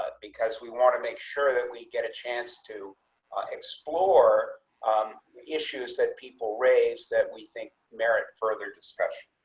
ah because we want to make sure that we get a chance to explore um issues that people raise that we think merit further discussion.